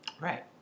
Right